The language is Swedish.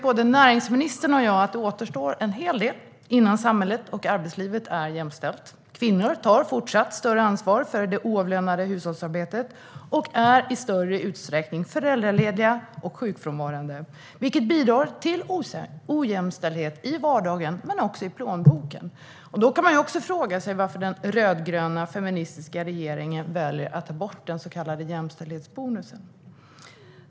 Både näringsministern och jag vet dock att en hel del återstår innan samhället och arbetslivet är jämställt. Kvinnor tar fortsatt ett större ansvar för det oavlönade hushållsarbetet och är i större utsträckning föräldralediga och sjukfrånvarande, vilket bidrar till ojämställdhet i vardagen och i plånboken. Man kan då fråga sig varför den rödgröna feministiska regeringen väljer att ta bort den så kallade jämställdhetsbonusen.